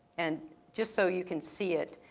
and just so you can see it,